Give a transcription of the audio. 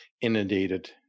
inundated